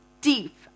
deep